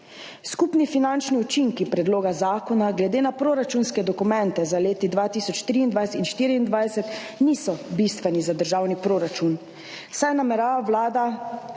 Skupni finančni učinki predloga zakona glede na proračunske dokumente za leti 2023 in 2024 niso bistveni za državni proračun, saj namerava vlada